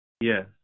Yes